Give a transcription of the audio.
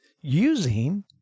using